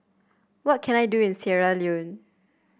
what can I do in Sierra Leone